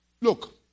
look